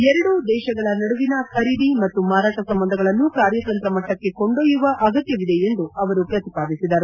ಎರಡೂ ದೇಶಗಳ ನಡುವಿನ ಖರೀದಿ ಮತ್ತು ಮಾರಾಟ ಸಂಬಂಧಗಳನ್ನು ಕಾರ್ಯತಂತ್ರ ಮಟ್ಟಕ್ಕೆ ಕೊಂಡೊಯ್ಯುವ ಅಗತ್ಯವಿದೆ ಎಂದು ಅವರು ಪ್ರತಿಪಾದಿಸಿದರು